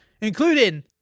including